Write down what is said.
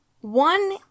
One